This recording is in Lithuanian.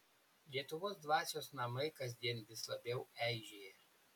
lietuvos dvasios namai kasdien vis labiau eižėja